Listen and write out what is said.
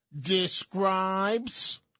describes